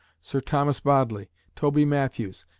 sir thomas bodley, toby matthews,